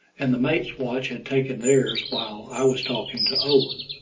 and the mate's watch had taken theirs while i was talking to owen.